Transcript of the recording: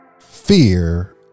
Fear